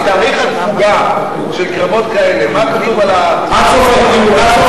תאריך התפוגה של קרבות כאלה, מה כתוב על, שתיים?